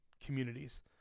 communities